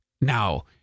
Now